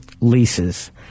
leases